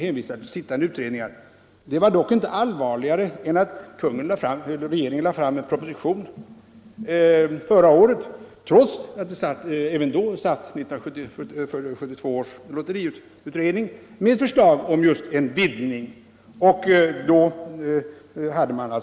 Den här utredningen arbetade även förra året, men då var det inte allvarligare än att regeringen lade fram en proposition med förslag om en vidgning av rätten att ordna lotterier.